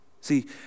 See